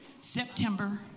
September